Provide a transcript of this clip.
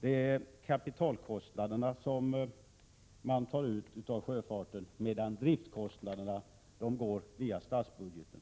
Det är kapitalkostnaderna som man tar ut av sjöfarten, medan driftskostnaderna går via statsbudgeten.